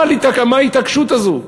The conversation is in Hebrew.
מה ההתעקשות הזאת?